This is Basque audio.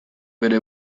bere